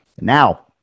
Now